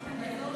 הכנסת.